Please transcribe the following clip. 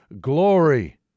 glory